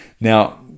now